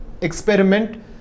experiment